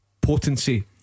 Potency